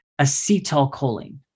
acetylcholine